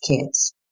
kids